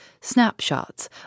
snapshots